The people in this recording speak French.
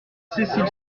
cécile